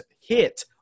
hit